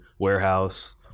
Warehouse